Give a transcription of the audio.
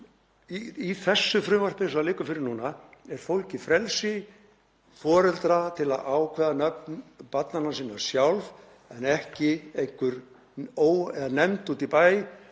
Í þessu frumvarpi eins og það liggur fyrir núna er fólgið frelsi foreldra til að ákveða nöfn barnanna sinna sjálf en ekki einhver nefnd úti í bæ